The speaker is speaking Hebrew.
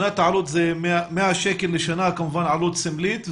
העלות, זה 100 שקל לשנה, כמובן, עלות סמלית.